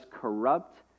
corrupt